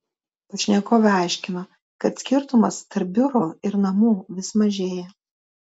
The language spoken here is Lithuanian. pašnekovė aiškino kad skirtumas tarp biuro ir namų vis mažėja